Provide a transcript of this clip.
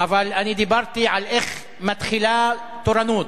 אבל אני דיברתי על איך מתחילה תורנות.